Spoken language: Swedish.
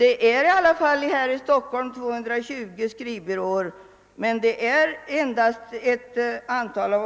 Här i Stockholm finns i alla fall 220 skrivbyråer, men det är endast